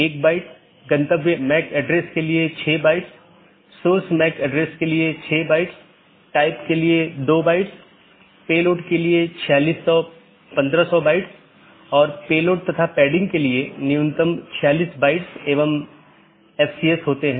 इसका मतलब है कि सभी BGP सक्षम डिवाइस जिन्हें BGP राउटर या BGP डिवाइस भी कहा जाता है एक मानक का पालन करते हैं जो पैकेट को रूट करने की अनुमति देता है